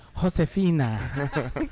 Josefina